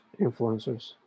influencers